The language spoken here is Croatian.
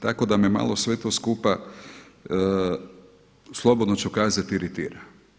Tako da me malo sve to skupa slobodno ću kazati iritira.